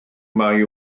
mai